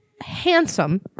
handsome